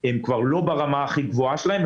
הן כבר לא ברמה הכי גבוהה שלהן,